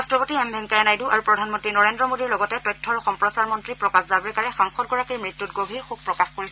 উপ ৰাষ্ট্ৰপতি এম ভেংকায়া নাইডু আৰু প্ৰধানমন্ত্ৰী নৰেন্দ্ৰ মোদীৰ লগতে তথ্য আৰু সম্প্ৰচাৰ মন্ত্ৰী প্ৰকাশ জাভ্ৰেকাৰে সাংসদগৰাকীৰ মৃত্যুত গভীৰ শোক প্ৰকাশ কৰিছে